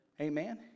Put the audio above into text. Amen